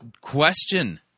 question